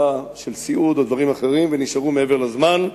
של סיעוד או דברים אחרים ונשארו מעבר לזמן,